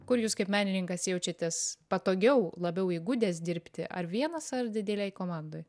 kur jūs kaip menininkas jaučiatės patogiau labiau įgudęs dirbti ar vienas ar didelėj komandoj